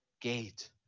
gate